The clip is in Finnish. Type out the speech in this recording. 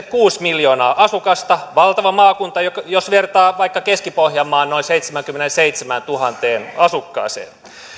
kuusi miljoonaa asukasta valtava maakunta jos vertaa vaikka keski pohjanmaan noin seitsemäänkymmeneenseitsemääntuhanteen asukkaaseen